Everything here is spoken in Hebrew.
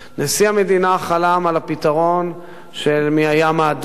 נשיא המדינה חלם על הפתרון מהים האדום,